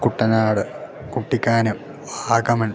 Kuttanad Kuttikkanam Vagamon